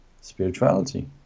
spirituality